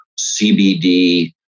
CBD